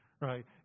right